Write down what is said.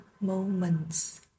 moments